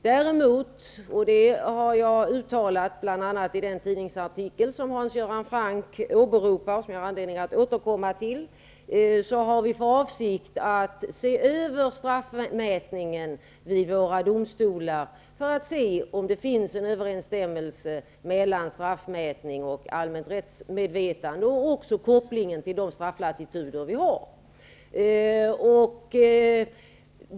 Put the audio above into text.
Däremot har regeringen för avsikt att se över straffmätningen vid våra domstolar för att se om det finns en överensstämmelse mellan straffmätning och allmänt rättsmedvetande och också se till kopplingen till de strafflatituder vi har.